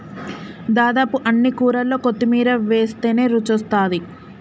దాదాపు అన్ని కూరల్లో కొత్తిమీర వేస్టనే రుచొస్తాది